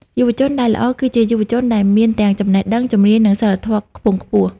យុវជនដែលល្អ គឺជាយុវជនដែលមានទាំងចំណេះដឹង ជំនាញ និងសីលធម៌ខ្ពង់ខ្ពស់។